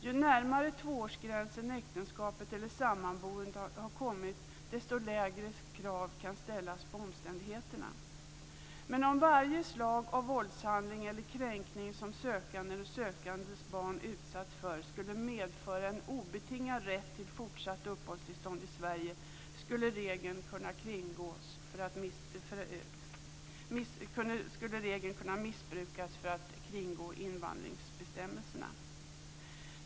Ju närmare tvåårsgränsen äktenskapet eller sammanboendet har kommit att vara desto lägre krav kan ställas på omständigheterna. Men om varje slag av våldshandling eller kränkning som sökanden eller sökandens barn utsatts för skulle medföra en obetingad rätt till fortsatt uppehållstillstånd i Sverige skulle regeln kunna missbrukas för att kringgå invandringsbestämmelserna.